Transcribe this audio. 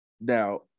Now